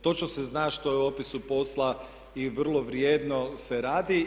Točno se zna što je u opisu posla i vrlo vrijedno se radi.